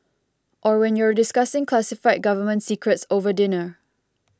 or when you're discussing classified government secrets over dinner